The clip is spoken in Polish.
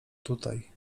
tutaj